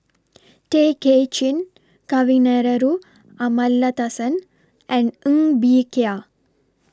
Tay Kay Chin Kavignareru Amallathasan and Ng Bee Kia